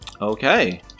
Okay